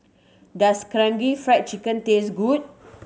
does Karaage Fried Chicken taste good